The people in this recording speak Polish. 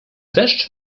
deszcz